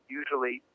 usually